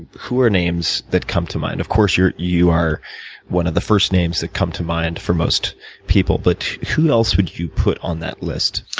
who are names that come to mind? of course, you are one of the first names that come to mind for most people, but who else would you put on that list?